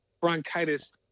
bronchitis